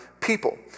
people